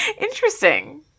Interesting